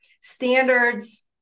standards